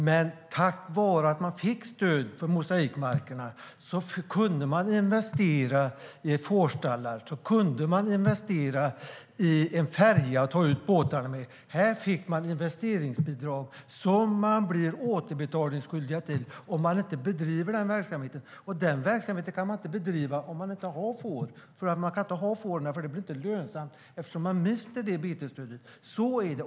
Men tack vare att man fick stöd för mosaikmarkerna kunde man investera i fårstallar och i en färja att ta ut båtarna med. Här fick man ett investeringsbidrag som man blir skyldig att återbetala om man inte bedriver den verksamheten, och den verksamheten kan man inte bedriva om man inte har får. Och man kan inte ha får, för det blir inte lönsamt eftersom man mister betesstödet. Så är det.